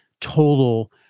total